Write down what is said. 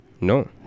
No